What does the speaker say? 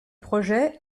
projet